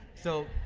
so,